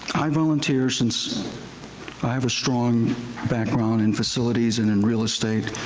i volunteer since i have a strong background in facilities and in real estate,